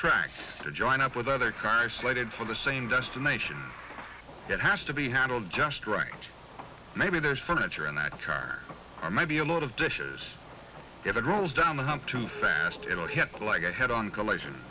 track to join up with other cars slated for the same destination that has to be handled just right maybe there's furniture in that car or maybe a lot of dishes if it rolls down the hump too fast it'll hit like a head on coll